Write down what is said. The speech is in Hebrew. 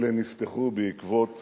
אלה נפתחו בעקבות